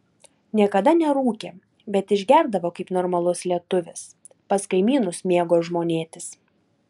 niekada nerūkė bet išgerdavo kaip normalus lietuvis pas kaimynus mėgo žmonėtis